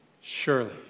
surely